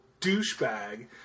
douchebag